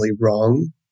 wrong